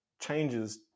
changes